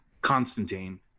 Constantine